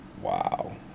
Wow